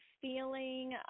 feeling